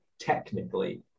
technically